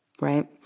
right